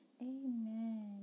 Amen